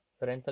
okay